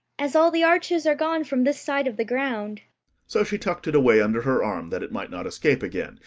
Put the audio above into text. as all the arches are gone from this side of the ground so she tucked it away under her arm, that it might not escape again,